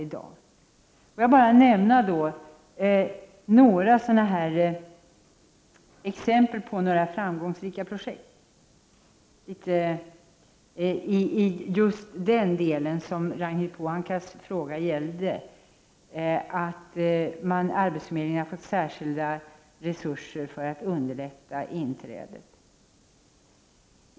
Får jag sedan bara nämna några exempel på framgångsrika projekt av just det slag som Ragnhild Pohanka åsyftar i sin interpellation, projekt där arbetsförmedlingen får särskilda resurser för att underlätta invandrares inträde på arbetsmarknaden.